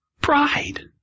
Pride